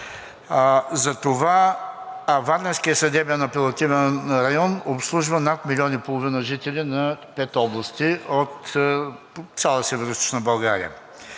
затова че варненският съдебен апелативен район обслужва над милион и половина жители на пет области от цяла Североизточна България.